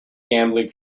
gambling